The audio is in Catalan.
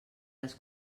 les